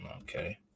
Okay